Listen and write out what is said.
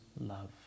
love